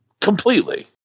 completely